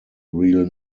real